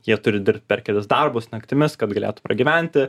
jie turi dirbt per kelis darbus naktimis kad galėtų pragyventi